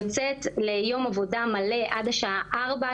יוצאת ליום עבודה מלא עד השעה 16:00,